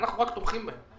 אנחנו רק תומכים בהם.